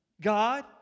God